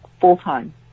full-time